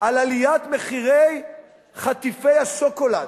על עליית מחירי חטיפי השוקולד,